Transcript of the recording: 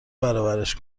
برابرش